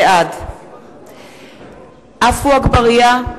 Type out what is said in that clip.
בעד עפו אגבאריה,